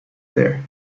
there